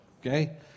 Okay